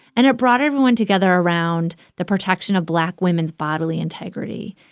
and it brought everyone together around the protection of black women's bodily integrity.